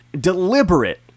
deliberate